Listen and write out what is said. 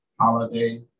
holiday